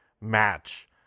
match